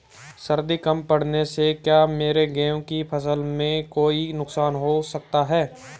सर्दी कम पड़ने से क्या मेरे गेहूँ की फसल में कोई नुकसान हो सकता है?